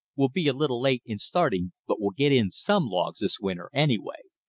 we'll be a little late in starting, but we'll get in some logs this winter, anyway.